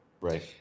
Right